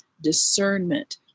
discernment